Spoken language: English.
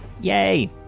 Yay